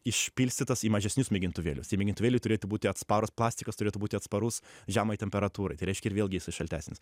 išpilstytas į mažesnius mėgintuvėlius tie mėgintuvėliai turėtų būti atsparūs plastikas turėtų būti atsparus žemai temperatūrai tai reiškia ir vėlgi jisai šaltesnis